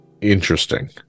interesting